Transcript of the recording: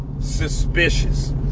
suspicious